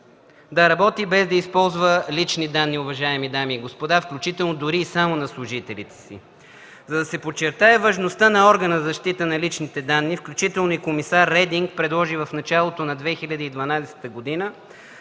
да работи, без да използва лични данни, уважаеми дами и господа, включително дори и само на служителите си. За да се подчертае важността на органа за защита на личните данни, включително и комисар Рединг предложи в началото на 2012 г.